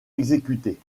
exécutés